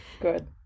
Good